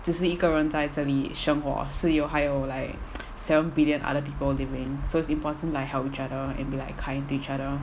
这是一个人在这里生活是有还有 like seven billion other people living so it's important like help each other and be like kind to each other